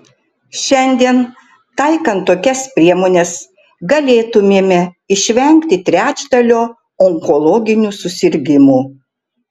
šiandien taikant tokias priemones galėtumėme išvengti trečdalio onkologinių susirgimų